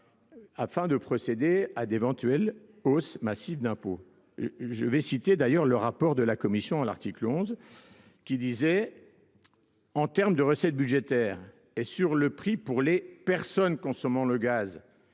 afin de procéder à d'éventuelles hausses massives d'impôts. Je vais citer d'ailleurs le rapport de la Commission à l'article 11 qui disait En termes de recettes budgétaires et sur le prix pour les personnes consommant le gaz,